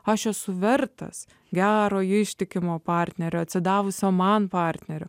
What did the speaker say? aš esu vertas gero ištikimo partnerio atsidavusio man partnerių